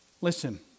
listen